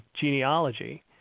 genealogy